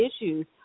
issues